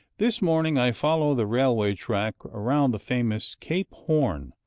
this morning i follow the railway track around the famous cape horn,